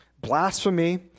blasphemy